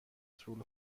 طول